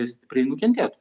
stipriai nukentėtų